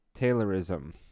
taylorism